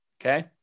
Okay